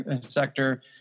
sector